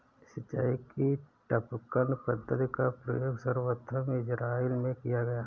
सिंचाई की टपकन पद्धति का प्रयोग सर्वप्रथम इज़राइल में किया गया